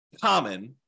common